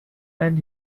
and